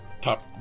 top